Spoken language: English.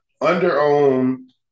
under-owned